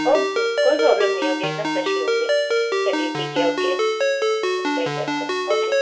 okay कोई problem नहीं होगी एक दम फ्रेश ही होगी चलिए ठीक है ओके मिल जाएगा आपको ओके